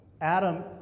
Adam